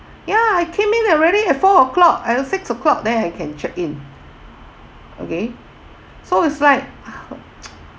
ya I came in already at four o'clock at six o'clock then I can check in okay so it's like !ouch!